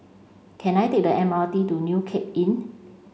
can I take the M R T to New Cape Inn